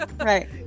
Right